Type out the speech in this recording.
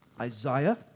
Isaiah